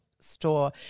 store